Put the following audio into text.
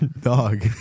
dog